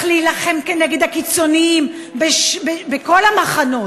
צריך להילחם כנגד הקיצוניים בכל המחנות,